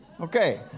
Okay